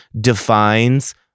defines